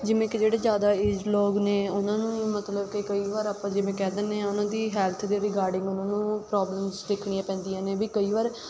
ਜਿਵੇਂ ਕਿ ਜਿਹੜੇ ਜ਼ਿਆਦਾ ਏਜ਼ਡ ਲੋਕ ਨੇ ਉਹਨਾਂ ਨੂੰ ਮਤਲਬ ਕਿ ਕਈ ਵਾਰ ਆਪਾਂ ਜਿਵੇਂ ਕਹਿ ਦਿੰਦੇ ਹਾਂ ਉਹਨਾਂ ਦੀ ਹੈਲਥ ਦੇ ਰਿਗਾਰਡਿੰਗ ਉਹਨਾਂ ਨੂੰ ਪ੍ਰੋਬਲਮਸ ਦੇਖਣੀਆਂ ਪੈਂਦੀਆਂ ਨੇ ਵੀ ਕਈ ਵਾਰ